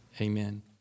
amen